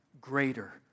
greater